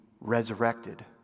resurrected